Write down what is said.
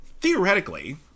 Theoretically